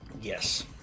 Yes